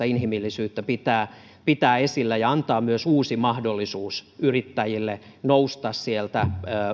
inhimillisyyttä pitää pitää esillä ja antaa myös uusi mahdollisuus yrittäjille nousta sieltä